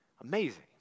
Amazing